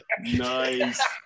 Nice